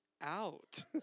out